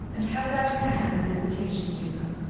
and held out her hand in invitation to her.